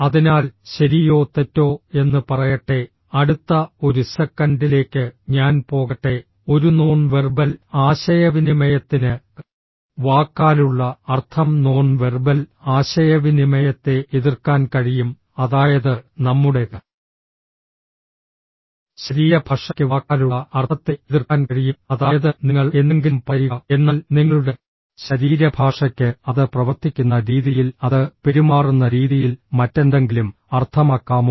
അതിനാൽ ശരിയോ തെറ്റോ എന്ന് പറയട്ടെ അടുത്ത ഒരു സെക്കൻഡിലേക്ക് ഞാൻ പോകട്ടെ ഒരു നോൺ വെർബൽ ആശയവിനിമയത്തിന് വാക്കാലുള്ള അർത്ഥം നോൺ വെർബൽ ആശയവിനിമയത്തെ എതിർക്കാൻ കഴിയും അതായത് നമ്മുടെ ശരീരഭാഷയ്ക്ക് വാക്കാലുള്ള അർത്ഥത്തെ എതിർക്കാൻ കഴിയും അതായത് നിങ്ങൾ എന്തെങ്കിലും പറയുക എന്നാൽ നിങ്ങളുടെ ശരീരഭാഷയ്ക്ക് അത് പ്രവർത്തിക്കുന്ന രീതിയിൽ അത് പെരുമാറുന്ന രീതിയിൽ മറ്റെന്തെങ്കിലും അർത്ഥമാക്കാമോ